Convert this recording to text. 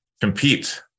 compete